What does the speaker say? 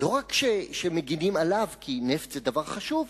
לא רק שמגינים עליו כי נפט זה דבר חשוב,